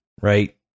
right